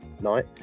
night